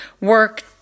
work